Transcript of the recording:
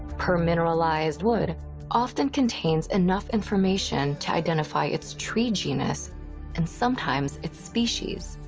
permineralized wood often contains enough information to identify its tree genus and sometimes its species.